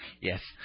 Yes